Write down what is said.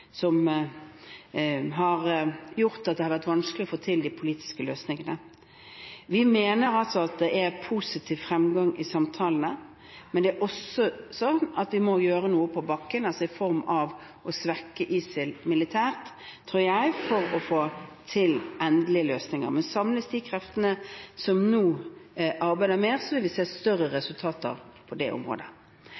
som har gjort at det har vært vanskelig å få til de politiske løsningene. Vi mener at det er positiv fremgang i samtalene, men vi må også gjøre noe på bakken i form av å svekke ISIL militært, tror jeg, for å få til endelige løsninger. Men samles de kreftene som nå arbeider med dette, vil vi se større resultater på det området.